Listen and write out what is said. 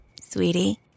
Sweetie